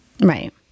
Right